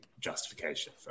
justification